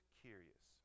curious